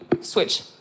switch